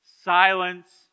silence